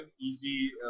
easy